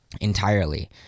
entirely